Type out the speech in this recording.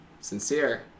sincere